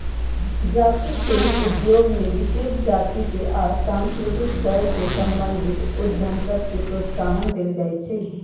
जाती शिल्प उद्योग में विशेष जातिके आ सांस्कृतिक दल से संबंधित उद्यम सभके प्रोत्साहन देल जाइ छइ